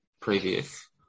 previous